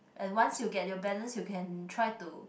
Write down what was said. and once you get your balance you can try to